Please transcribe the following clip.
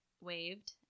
waved